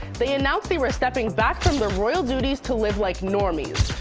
they announced they were stepping back from their royal duties to live like normies.